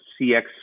CX